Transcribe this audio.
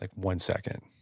like one second